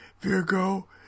Virgo